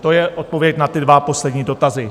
To je odpověď na ty dva poslední dotazy.